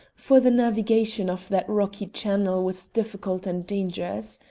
for the navigation of that rocky channel was difficult and dangerous.